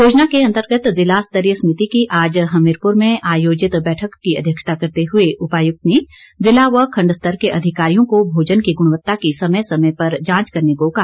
योजना के अंतर्गत ज़िला स्तरीय समिति की आज हमीरपुर में आयोजित बैठक की अध्यक्षता करते हुए उपायुक्त ने जिला व खंड स्तर के अधिकारियों को भोजन की गुणवत्ता की समय समय पर जांच करने को कहा